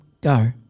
Go